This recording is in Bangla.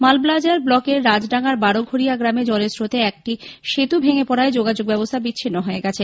মালবাজার ব্লকের রাজডাঙ্গার বারোঘোরিয়া গ্রামে জলের স্রোতে একটি সেতু ভেঙে পড়ায় যোগাযোগ ব্যবস্হা বিচ্ছিল্ল হয়ে গেছে